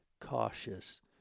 cautious